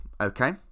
okay